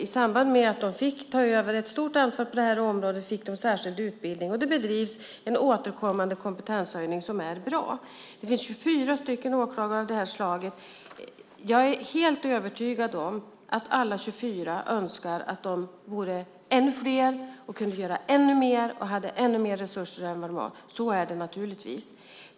I samband med att de fick ta över ett stort ansvar på det här området fick de en särskild utbildning, och det bedrivs en återkommande kompetenshöjning som är bra. Det finns 24 åklagare av det här slaget. Jag är helt övertygad om att alla 24 önskar att de vore ännu fler, kunde göra ännu mer och hade ännu mer resurser än vad de har. Så är det naturligtvis.